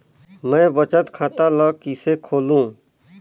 मैं बचत खाता ल किसे खोलूं?